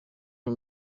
uyu